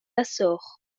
açores